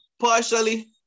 partially